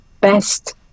best